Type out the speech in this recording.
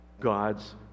god's